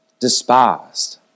Despised